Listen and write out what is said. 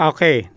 Okay